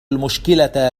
المشكلة